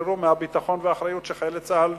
להשתחרר מהביטחון והאחריות שצה"ל